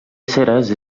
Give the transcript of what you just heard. ceres